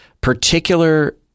particular